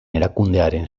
erakundearen